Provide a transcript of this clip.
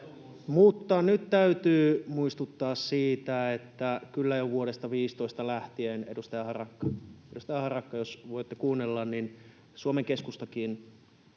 Nyt täytyy muistuttaa siitä, että kyllä jo vuodesta 15 lähtien, edustaja Harakka, jos voitte kuunnella, Suomen Keskustakin